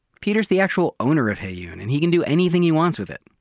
peter's the actual owner of heyoon and he can do anything he wants with it.